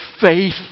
faith